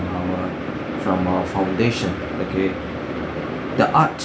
from our from our foundation okay the art